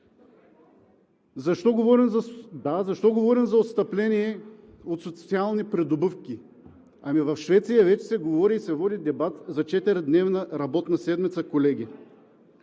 Защо говорим за отстъпление от социални придобивки? Ами в Швеция вече се говори и се води дебат за 4-дневна работна седмица, колеги!